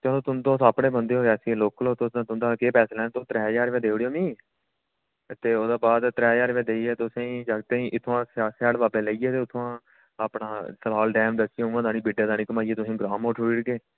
चलो तुंदे तुसं अपने बंदे ओह् रियासी दे लोकल तुसें तुंदे कोला केह् पैसे लैने तुस त्रै ज्हार रपेया दऊ उड़ेयो मिगी ते ओह्दे बाद त्रै ज्हार रपेया देइये तुसें इत्थूं जागतें गी सियाढ बाबा लेइयै ते उत्थुआं अपना सलाल डैम दस्सियै ते आनिए घमाइयै तुसें ग्रांऽ तोेड़ी छोड़ी उड़गे